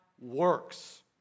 works